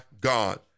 God